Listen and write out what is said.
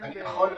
אני יכול,